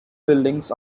buildings